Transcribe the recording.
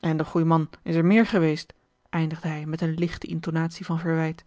en de goê man is er meer geweest eindigde hij met eene lichte intonatie van verwijt